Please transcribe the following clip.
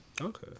Okay